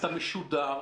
אתה משודר.